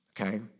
okay